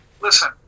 listen